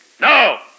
No